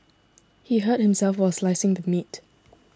he hurt himself while slicing the meat